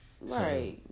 Right